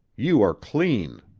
you are clean.